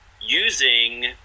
using